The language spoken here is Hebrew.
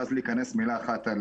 ואז להיכנס במילה אחת על